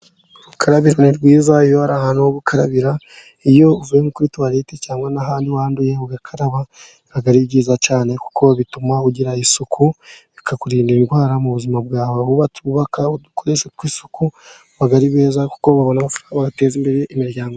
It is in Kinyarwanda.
Urukarabiro ni rwiza iyo hari ahantu ho gukarabira, iyo uvuye nko kuri tuwarete cyangwa n'ahandi wanduye ugakaraba, biba ari byiza cyane kuko bituma ugira isuku, bikakurinda indwara mu buzima bwawe, abubaka udukoresho tw'isukuri baba ari beza kuko bateza imbere imiryango yabo.